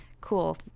Cool